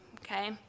okay